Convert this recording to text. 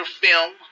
film